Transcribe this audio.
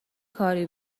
کاری